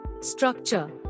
Structure